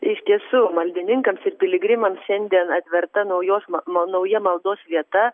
iš tiesų maldininkams ir piligrimams šiandien atverta naujos nauja maldos vieta